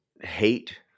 hate